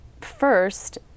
First